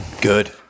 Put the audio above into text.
Good